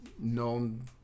known